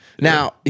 Now